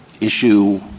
issue